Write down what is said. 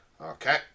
Okay